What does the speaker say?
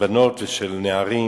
בנות ושל נערים